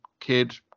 kid